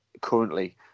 currently